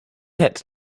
had